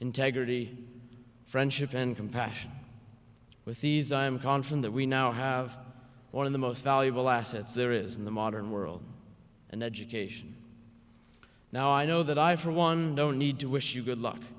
integrity friendship and compassion with these i am confident that we now have one of the most valuable assets there is in the modern world an education now i know that i for one don't need to wish you good luck